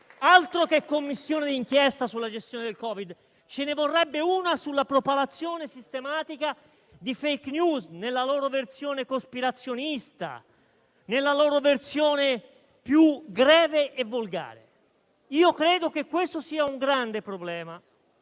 Altro che Commissione di inchiesta sulla gestione del Covid! Ce ne vorrebbe una sulla propalazione sistematica di *fake news* nella loro versione cospirazionista, nella loro versione più greve e volgare. Credo che questo sia un grande problema.